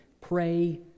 Pray